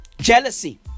Jealousy